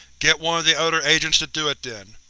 get one of the other agents to do it, then.